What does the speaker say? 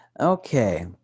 Okay